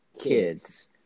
kids